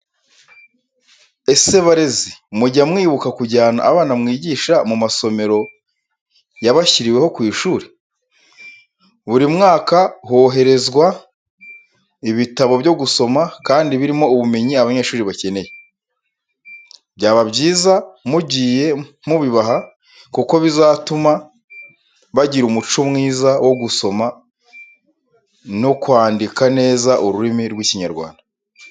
Ese barezi, mujya mwibuka kujyana abana mwigisha mu masomero y'abashyiriweho ku ishuri? Buri mwaka hoherezwa ibitabo byo gusoma kandi birimo ubumenyi abanyeshuri bakeneye. Byaba byiza mugiye mu bibaha kuko bizatuma bagira umuco mwiza wo gusoma no kwanika neza ururimi rw'ikinyarwanda.